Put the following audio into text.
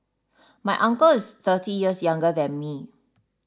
my uncle is thirty years younger than me